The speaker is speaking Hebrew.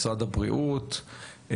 משרד הבריאות,